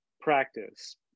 practice